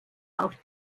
auch